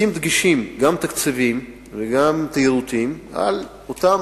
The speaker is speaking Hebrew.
לשים דגשים, גם תקציביים וגם תיירותיים, על אותם